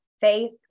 Faith